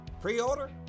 Pre-order